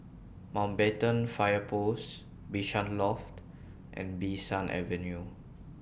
Mountbatten Fire Post Bishan Loft and Bee San Avenue